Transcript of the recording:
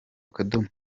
akadomo